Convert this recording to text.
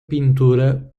pintura